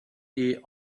here